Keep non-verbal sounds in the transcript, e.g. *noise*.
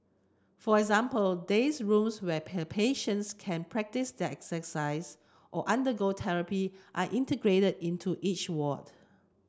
for example days rooms where *unintelligible* patients can practise their exercise or undergo therapy are integrated into each ward